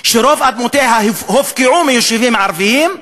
שרוב אדמותיה הופקעו מהיישובים הערביים,